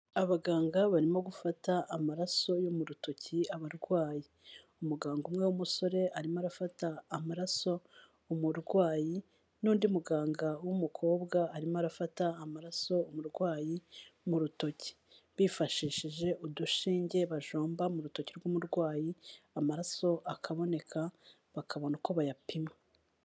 Abaganga barimo gufata amaraso yo mu rutoki abarwayi, umuganga umwe w'umusore arimo arafata amaraso umurwayi n'undi muganga w'umukobwa arimo arafata amaraso umurwayi mu rutoki, bifashishije udushinge bajomba mu rutoki rw'umurwayi amaraso akaboneka bakabona uko bayapima.